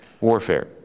warfare